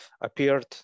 appeared